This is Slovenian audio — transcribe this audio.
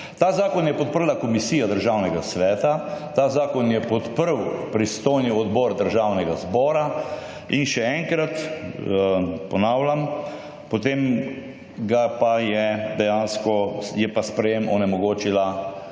Ta zakon je podprla komisija Državnega sveta. Ta zakon je podprl pristojni odbor Državnega zbora in še enkrat ponavljam, potem pa je dejansko sprejem onemogočila